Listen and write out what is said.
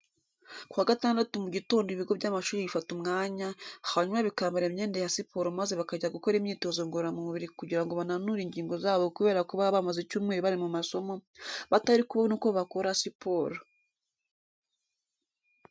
Ku wa gatandatu mu gitondo ibigo by'amashuri bifata umwanya, hanyuma bikambara imyenda ya siporo maze bakajya gukora imyitozo ngororamubiri kugira ngo bananure ingingo zabo kubera ko baba bamaze icyumweru bari mu masomo, batari kubona uko bakora siporo.